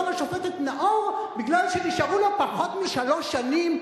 לשופטת נאור בגלל שנשארו לה פחות משלוש שנים.